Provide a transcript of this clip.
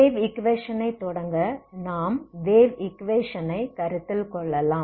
wave ஈக்வேஷனை தொடங்க நாம் வேவ் ஈக்வேஷனை கருத்தில் கொள்ளலாம்